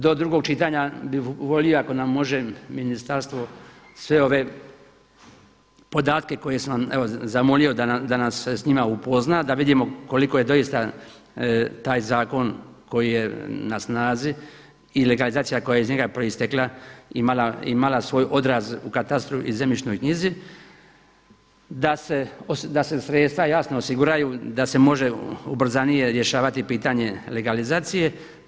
Do drugog čitanja bih volio ako nam može ministarstvo sve ove podatke koje sam evo zamolio evo da nas se s njima upozna, da vidimo koliko je doista taj zakon koji je na snazi i legalizacija koja je iz njega proistekla imala svoj odraz u katastru i zemljišnoj knjizi, da se sredstva jasno osiguraju da se može ubrzanije rješavati pitanje legalizacije.